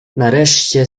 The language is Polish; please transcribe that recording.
nareszcie